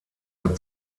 hat